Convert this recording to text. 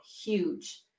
huge